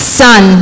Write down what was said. son